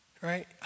Right